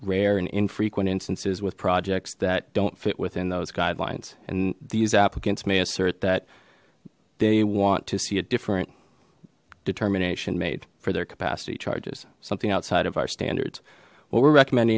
rare and infrequent instances with projects that don't fit within those guidelines and these applicants may assert that they want to see a different determination made for their capacity charges something outside of our standards what we're recommend